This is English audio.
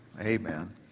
Amen